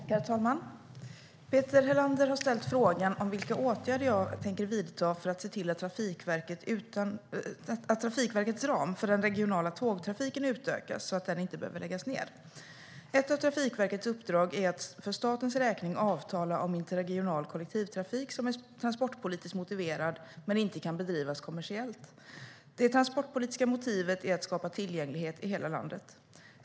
Svar på interpellationer Herr talman! Peter Helander har ställt frågan om vilka åtgärder jag tänker vidta för att se till att Trafikverkets ram för den regionala tågtrafiken utökas, så att den inte behöver läggas ned. Ett av Trafikverkets uppdrag är att för statens räkning avtala om inter-regional kollektivtrafik som är transportpolitiskt motiverad men inte kan bedrivas kommersiellt. Det transportpolitiska motivet är att skapa tillgänglighet i hela landet.